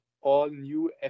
all-new